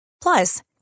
Plus